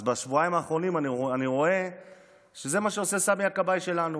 אז בשבועיים האחרונים אני רואה שזה מה שעושה סמי הכבאי שלנו,